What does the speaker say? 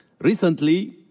Recently